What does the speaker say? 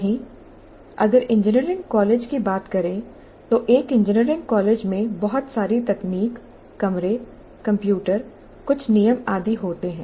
वहीं अगर engineering college की बात करें तो एक इंजीनियरिंग कॉलेज में बहुत सारी तकनीक कमरे कंप्यूटर कुछ नियम आदि होते हैं